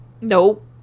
Nope